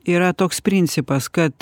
yra toks principas kad